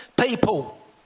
people